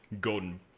golden